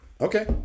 Okay